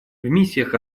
миссиях